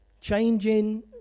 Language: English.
changing